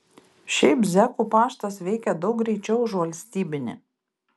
šiaip zekų paštas veikia daug greičiau už valstybinį